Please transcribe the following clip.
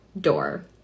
door